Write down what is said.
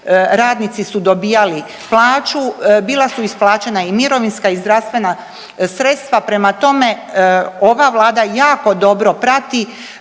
radnici su dobijali plaću, bila su isplaćena i mirovinska i zdravstvena sredstva. Prema tome, ova vlada jako dobro prati